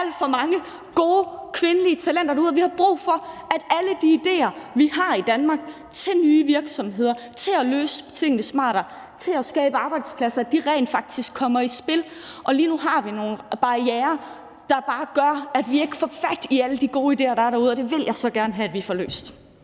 for mange gode kvindelige talenter derude, og vi har brug for, at alle de idéer, vi har i Danmark, til nye virksomheder, til at løse tingene smartere, til at skabe arbejdspladser, rent faktisk kommer i spil. Og lige nu har vi nogle barrierer, der bare gør, at vi ikke får fat i alle de gode idéer, der er derude, og det vil jeg så gerne have at vi får løst.